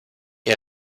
est